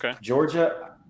Georgia